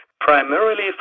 primarily